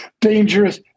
dangerous